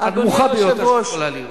הנמוכה ביותר שיכולה להיות.